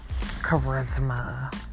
charisma